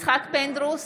יצחק פינדרוס,